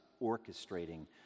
orchestrating